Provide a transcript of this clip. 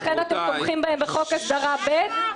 לכן אתם תומכים בהם בחוק הסדרה ב'?